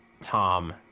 Tom